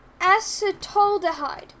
acetaldehyde